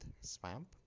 swamp